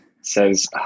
says